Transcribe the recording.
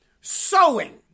sowing